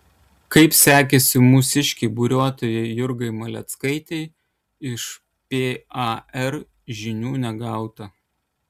kaip sekėsi mūsiškei buriuotojai jurgai maleckaitei iš par žinių negauta